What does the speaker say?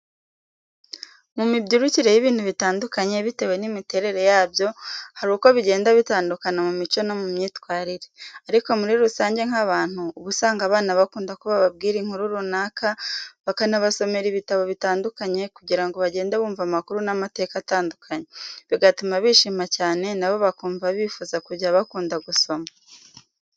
Mu mibyirukire y'ibintu bitandukanye bitewe n'imiterere yabyo hari uko bigenda bitandukana mu mico no mu myitwarire. Ariko muri rusange nk'abantu uba usanga abana bakunda ko bababwira inkuru runaka banabasomera ibitabo bitandukanye kugira ngo bagende bumva amakuru n'amateka atandukanye bigatuma bishima cyane na bo bakumva bifuza kujya bakunda gusoma.